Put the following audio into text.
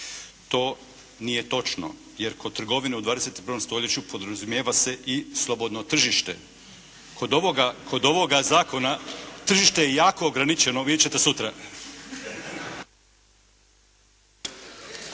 To nije točno jer kod trgovine u 21. stoljeću podrazumijeva se i slobodno tržište. Kod ovoga zakona tržište je jako ograničeno, vidjet ćete sutra.